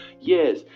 Yes